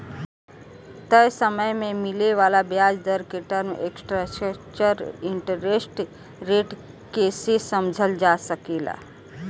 तय समय में मिले वाला ब्याज दर के टर्म स्ट्रक्चर इंटरेस्ट रेट के से समझल जा सकेला